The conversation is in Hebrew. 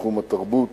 בתחום התרבות